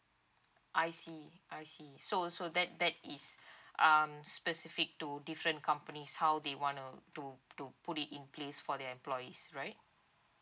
I see I see so so that that is um specific to different companies how they want uh to to put it in place for their employees right